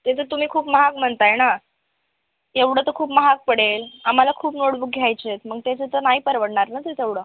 ते तरं तुम्ही खूप महाग म्हणताय ना एवढं तर खूप महाग पडेल आम्हाला खूप नोटबुक घ्यायचे आहेत मग त्याचे तर नाही परवडणार ना ते ते तेवढं